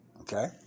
Okay